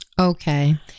Okay